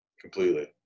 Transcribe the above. Completely